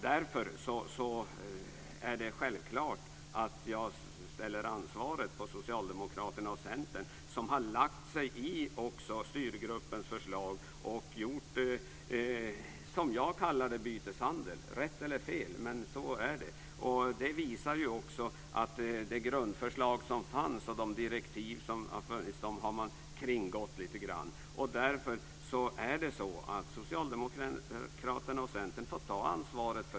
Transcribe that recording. Därför är det självklart att jag lägger ansvaret på Styrgruppens förslag och gjort, som jag kallar det, byteshandel - rätt eller fel, men så är det. Det visar också att man lite grann har kringgått det grundförslag och de direktiv som fanns. Därför får Socialdemokraterna och Centern ta ansvaret.